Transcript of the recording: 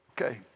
Okay